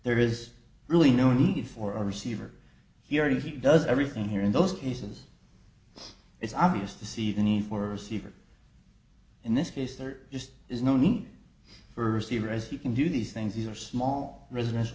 there is really no need for a receiver he already does everything here in those cases it's obvious to see the need for a receiver in this case there just is no need versity are as you can do these things these are small resident